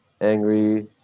angry